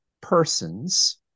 persons